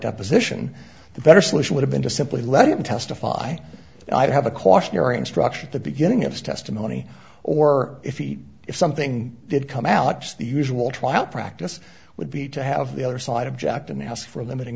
deposition the better solution would have been to simply let him testify i have a cautionary instruction the beginning of his testimony or if he if something did come out just the usual trial practice would be to have the other side object in the house for limit